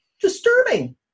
disturbing